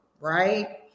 right